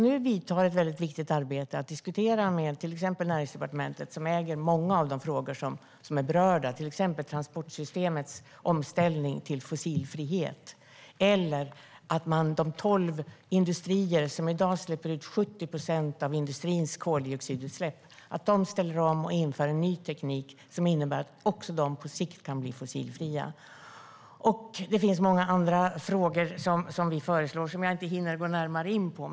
Nu vidtar ett väldigt viktigt arbete att diskutera med Näringsdepartementet som äger många av de frågor som är berörda, till exempel transportsystemets omställning till fossilfritt eller att de tolv industrier som i dag släpper ut 70 procent av industrins koldioxidutsläpp ska ställa om och införa en ny teknik som innebär att också de på sikt kan bli fossilfria. Det finns mycket annat som vi föreslår, men jag hinner inte gå närmare in på dem.